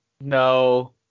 No